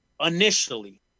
initially